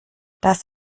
das